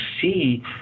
see